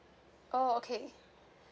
oh okay